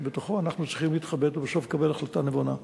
זה בדיוק התחום שבתוכו אנחנו צריכים להתחבט ובסוף לקבל החלטה נבונה.